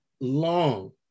long